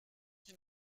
qui